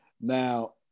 Now